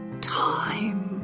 time